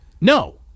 No